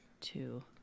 Two